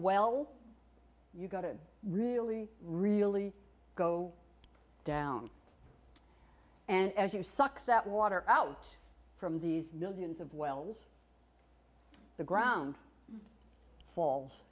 well you've got to really really go down and as you suck that water out from these millions of wells the ground falls